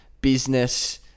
business